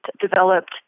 developed